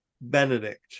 Benedict